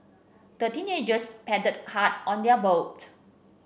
the teenagers paddled hard on their boat